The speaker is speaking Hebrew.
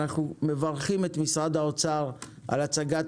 אנחנו מברכים את משרד האוצר על הצגת